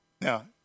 Now